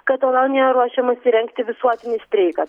katalonijoje ruošiamasi rengti visuotinį streiką